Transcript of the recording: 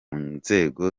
nzego